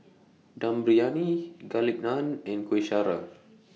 Dum Briyani Garlic Naan and Kueh Syara